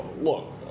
Look